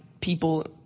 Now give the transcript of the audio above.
people